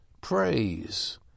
praise